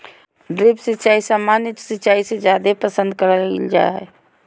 drip सिंचाई सामान्य सिंचाई से जादे पसंद कईल जा हई